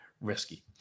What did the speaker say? risky